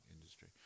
industry